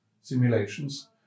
simulations